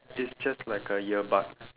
it's just like a ear bud